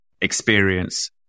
experience